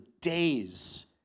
days